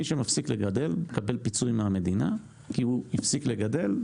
מי שמפסיק לגדל מקבל פיצוי מהמדינה כי הוא הפסיק לגדל,